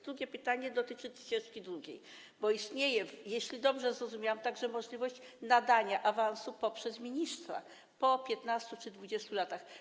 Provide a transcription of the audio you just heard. Drugie pytanie dotyczy ścieżki drugiej, bo istnieje, jeśli dobrze zrozumiałam, także możliwość nadania awansu przez ministra po 15 czy 20 latach.